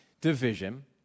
division—